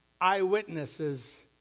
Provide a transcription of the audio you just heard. eyewitnesses